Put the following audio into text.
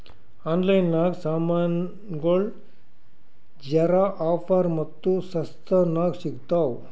online ನಾಗ್ ಸಾಮಾನ್ಗೊಳ್ ಜರಾ ಆಫರ್ ಮತ್ತ ಸಸ್ತಾ ನಾಗ್ ಸಿಗ್ತಾವ್